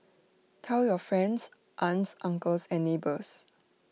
tell your friends aunts uncles and neighbours